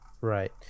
Right